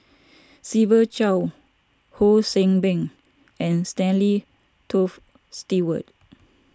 Siva Choy Ho See Beng and Stanley Toft Stewart